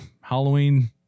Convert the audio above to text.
Halloween